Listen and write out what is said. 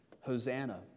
Hosanna